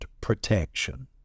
protection